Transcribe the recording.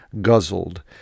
Guzzled